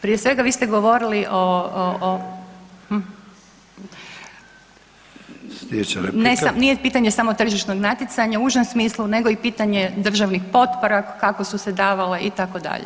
Prije svega, vi ste govorili o ... [[Upadica se ne čuje.]] [[Upadica: Sljedeća…]] ne samo, nije pitanje samo tržišnog natjecanja u užem smislu nego i pitanje državnih potpora kako su se davale, itd.